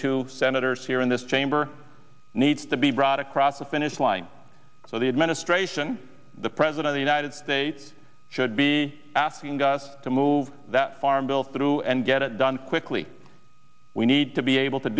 two senators here in this chamber needs to be brought across the finish line so the administration the president the united states should be asking us to move that farm bill through and get it done quickly we need to be able to